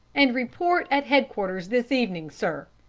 and report at head-quarters this evening, sir!